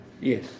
Yes